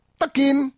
takin